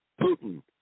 Putin